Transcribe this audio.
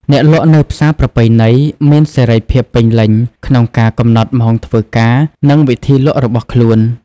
អ្នកលក់នៅផ្សារប្រពៃណីមានសេរីភាពពេញលេញក្នុងការកំណត់ម៉ោងធ្វើការ និងវិធីលក់របស់ខ្លួន។